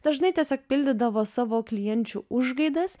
dažnai tiesiog pildydavo savo klienčių užgaidas